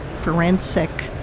forensic